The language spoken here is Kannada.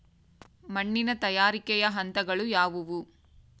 ಮಣ್ಣಿನ ತಯಾರಿಕೆಯ ಹಂತಗಳು ಯಾವುವು?